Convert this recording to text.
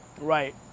Right